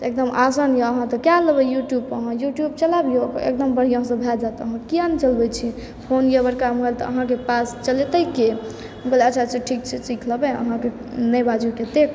तऽ एकदम आसान यऽ अहाँ तऽ कए लेबै यूट्यूबपर यूट्यूब चलेबियौ एकदम बढ़िआँसँ भए जायत अहाँके किया नहि चलबै छियै फोन यऽ बड़का मोबाइल तऽ अहाँके पास चलेतैके अच्छा अच्छा ठीक छै सीख लेबै नहि बाजू एतेक